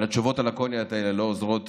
אבל התשובות הלקוניות האלה לא עוזרות